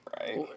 right